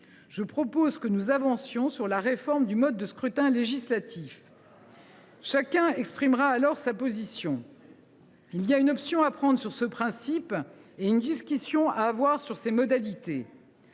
Je propose donc que nous avancions sur la réforme du mode de scrutin législatif. Chacun exprimera alors sa position. Il y a une option à prendre sur ce principe et une discussion à avoir sur ses modalités.